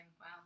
Wow